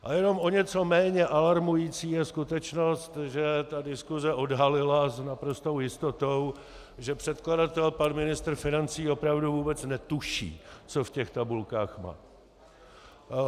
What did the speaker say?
A jenom o něco méně alarmující je skutečnost, že diskuse odhalila s naprostou jistotou, že předkladatel pan ministr financí opravdu vůbec netuší, co v těch tabulkách má.